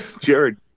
Jared